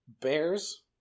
bears